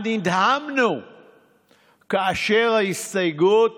מה נדהמנו כאשר ההסתייגות